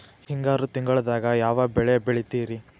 ಹಿಂಗಾರು ತಿಂಗಳದಾಗ ಯಾವ ಬೆಳೆ ಬೆಳಿತಿರಿ?